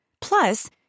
Plus